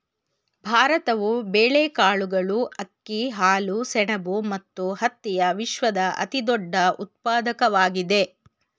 ಭಾರತವು ಬೇಳೆಕಾಳುಗಳು, ಅಕ್ಕಿ, ಹಾಲು, ಸೆಣಬು ಮತ್ತು ಹತ್ತಿಯ ವಿಶ್ವದ ಅತಿದೊಡ್ಡ ಉತ್ಪಾದಕವಾಗಿದೆ